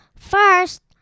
First